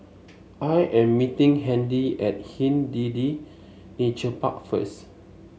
I am meeting Handy at Hindhede Nature Park first